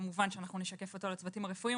וכמובן שנשקף אותו לצוותים הרפואיים.